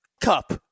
Cup